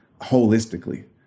holistically